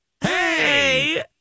hey